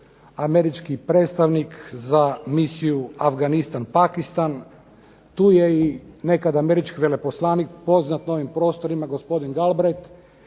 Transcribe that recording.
američki predstavnik za Misiju Afganistan Pakistan. Tu je i nekad američki veleposlanik poznat na ovim prostorima gospodin Galbrejt